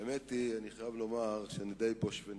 האמת היא, אני חייב לומר שאני די בוש ונכלם.